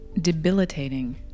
debilitating